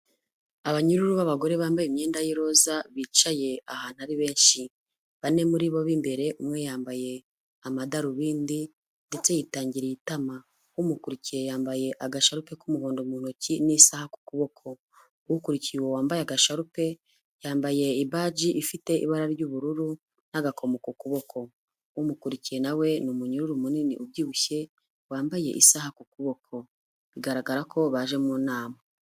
Abanyururu b'abagore bambaye imyenda y'iroza bicaye ahantu ari benshi, bane muri bo b'imbere umwe yambaye amadarubindi ndetse yitangiriye itama, umukurikiye yambaye agasharu ke k'umuhondo mu ntoki n'isaha ku kuboko, ukurikiye uwo wambaye agasharupe yambaye ibaji ifite ibara ry'ubururu n'agakomo ku kuboko, umukurikiye na we ni umunyururu munini ubyibushye wambaye isaha ku kuboko bigaragara ko baje mu nama.